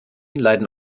leiden